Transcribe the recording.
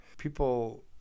people